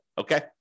Okay